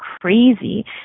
crazy